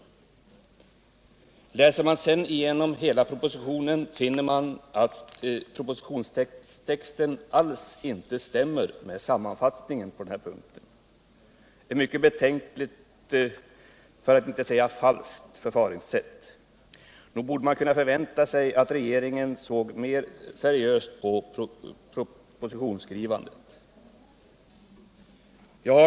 Om man läser hela propositionen, skall man finna att texten alls inte överensstämmer med vad som sägs på första sidan. Det är ett mycket betänkligt, för att inte säga falskt, förfaringssätt. Nog borde man kunna förvänta sig av regeringen att den såg mer seriöst på propositionsskrivandet.